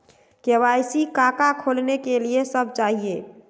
KYC का का खोलने के लिए कि सब चाहिए?